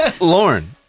Lauren